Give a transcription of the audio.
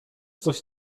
coś